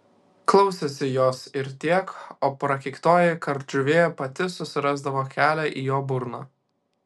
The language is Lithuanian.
klausėsi jos ir tiek o prakeiktoji kardžuvė pati susirasdavo kelią į jo burną